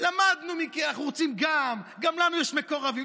למדנו מכם, אנחנו רוצים גם, גם לנו יש מקורבים.